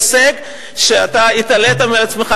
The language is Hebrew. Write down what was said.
הישג שאתה התעלית בו על עצמך,